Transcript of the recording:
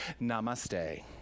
Namaste